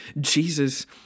Jesus